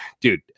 Dude